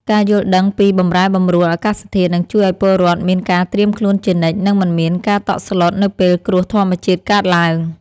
ការយល់ដឹងពីបម្រែបម្រួលអាកាសធាតុនឹងជួយឱ្យពលរដ្ឋមានការត្រៀមខ្លួនជានិច្ច និងមិនមានការតក់ស្លុតនៅពេលគ្រោះធម្មជាតិកើតឡើង។